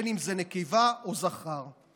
אם נקבה ואם זכר.